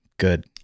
Good